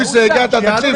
הכתובת.